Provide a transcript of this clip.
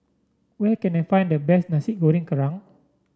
where can I find the best Nasi Goreng Kerang